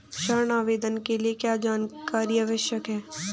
ऋण आवेदन के लिए क्या जानकारी आवश्यक है?